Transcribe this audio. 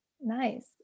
nice